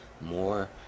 more